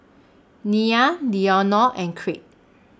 Nia Leonor and Crete